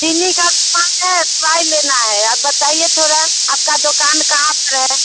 दिल्ली का है दवाई लेना है आप बताइए थोड़ा आपका दुकान कहाँ पर है